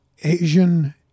Asian